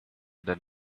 that